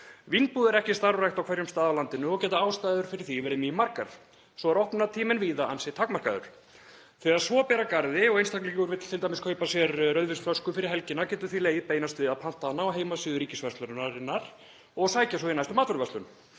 Vínbúðir eru ekki starfræktar á hverjum stað á landinu og geta ástæður fyrir því verið mýmargar. Svo er opnunartíminn víða ansi takmarkaður. Þegar svo ber við og einstaklingur vill t.d. kaupa sér rauðvínsflösku fyrir helgina getur því legið beinast við að panta hana á heimasíðu ríkisverslunarinnar og sækja svo í næstu matvöruverslun